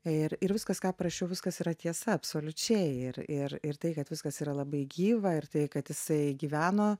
ir ir viskas ką parašiau viskas yra tiesa absoliučiai ir ir ir tai kad viskas yra labai gyva ir tai kad jisai gyveno